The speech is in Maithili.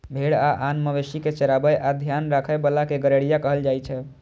भेड़ आ आन मवेशी कें चराबै आ ध्यान राखै बला कें गड़ेरिया कहल जाइ छै